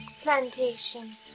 plantation